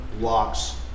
locks